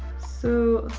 so.